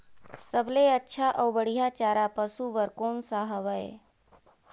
सबले अच्छा अउ बढ़िया चारा पशु बर कोन सा हवय?